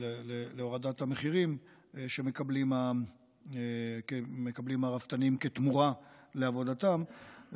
להורדת המחירים שמקבלים הרפתנים כתמורה לעבודתם,